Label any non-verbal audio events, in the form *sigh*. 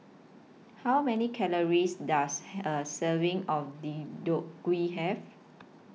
How Many Calories Does *unintelligible* A Serving of Deodeok Gui Have